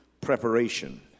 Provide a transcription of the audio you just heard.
preparation